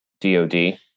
DOD